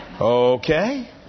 Okay